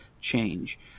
change